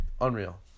Unreal